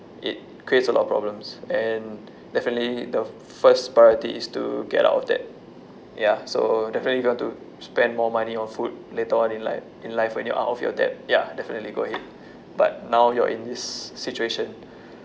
it creates a lot of problems and definitely the first priority is to get out of debt ya so definitely you don't want to spend more money on food later on in life in life when you're out of your debt ya definitely go ahead but now you're in this situation